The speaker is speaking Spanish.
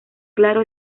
claro